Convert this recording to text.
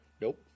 nope